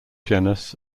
genus